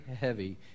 heavy